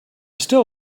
still